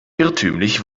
irrtümlich